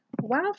wow